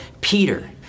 Peter